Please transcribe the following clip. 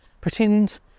pretend